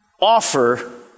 Offer